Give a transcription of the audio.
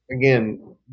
again